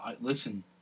Listen